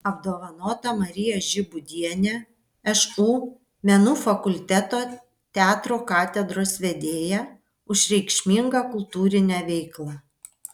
apdovanota marija žibūdienė šu menų fakulteto teatro katedros vedėja už reikšmingą kultūrinę veiklą